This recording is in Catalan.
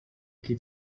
qui